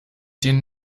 den